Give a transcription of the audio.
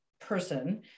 person